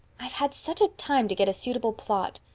i've had such a time to get a suitable plot.